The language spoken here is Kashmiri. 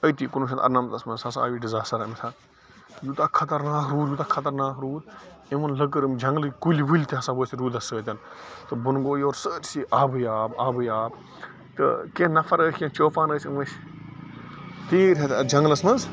أتی کُنوُہ شٮ۪تھ اَرنَمتس منٛز ہسا آو یہِ ڈِزاسٹر اَمہِ ساتہٕ یوٗتاہ خطرناک روٗد یوٗتاہ خَطرناک روٗد أمۍ اوٚن لٔکٕر یِم جنٛگلٕکۍ کُلۍ وُلۍ تہِ ہسا ؤتھۍ روٗدَس سۭتۍ تہٕ بۄنہٕ گوٚو یورٕ سٲرسٕے آبٕے آب آبٕے آب تہٕ کیٚنٛہہ نَفر ٲسۍ کیٚنٛہہ چوپان ٲسۍ یِم ٲسۍ تیٖر ہیٚتھ اَتھ جنٛگلَس منٛز